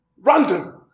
Random